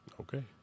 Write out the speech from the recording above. Okay